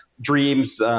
Dreams